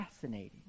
fascinating